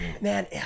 Man